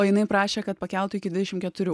o jinai prašė kad pakeltų iki dvidešim keturių